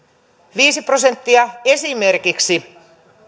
viisi prosenttia esimerkiksi